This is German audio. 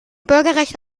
bürgerrecht